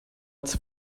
its